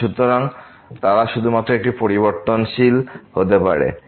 সুতরাং তারা শুধুমাত্র একটি পরিবর্তনশীল হতে ব্যবহৃত হয়